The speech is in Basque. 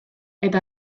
eta